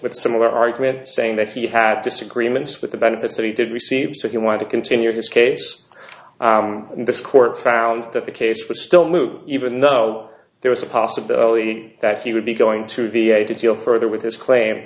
with a similar argument saying that he had disagreements with the benefits that he did receive so he wanted to continue his case and this court found that the case was still moot even though there was a possibility that he would be going to v a to deal further with his claim